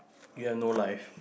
you have no life